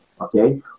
okay